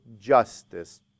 justice